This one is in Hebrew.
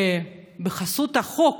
בחסות החוק